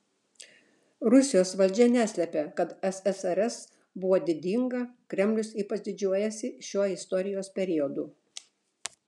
rusijos valdžia neslepia kad ssrs buvo didinga kremlius ypač didžiuojasi šiuo istorijos periodu